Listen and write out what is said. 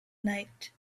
night